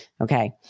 Okay